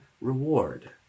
reward